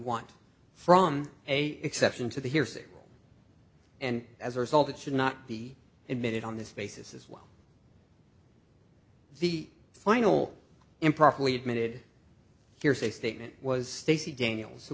want from a exception to the hearsay and as a result it should not be admitted on this basis as well the final improperly admitted hearsay statement was stacy daniels who